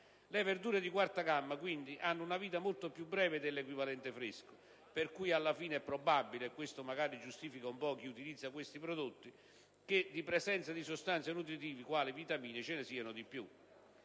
Le verdure di quarta gamma, quindi, hanno una vita molto più breve dell'equivalente fresco, per cui alla fine è probabile - e questo, magari, giustifica un po' chi utilizza questi prodotti - che di sostanze nutritive, quali vitamine, ce ne siano di più.